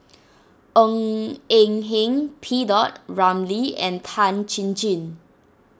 Ng Eng Hen P Dot Ramlee and Tan Chin Chin